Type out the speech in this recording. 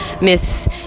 miss